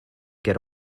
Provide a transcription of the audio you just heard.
get